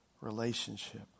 relationship